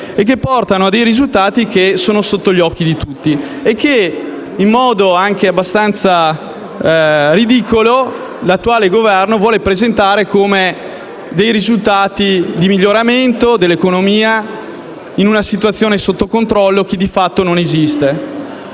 che portano a risultati che sono sotto gli occhi di tutti e che, in modo anche abbastanza ridicolo, l'attuale Governo vuole presentare come miglioramenti dell'economia in una situazione sotto controllo che di fatto non esiste.